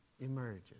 emerges